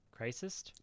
Crisis